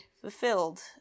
fulfilled